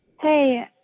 Hey